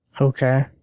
Okay